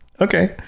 okay